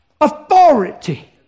authority